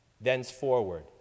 thenceforward